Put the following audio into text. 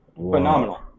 Phenomenal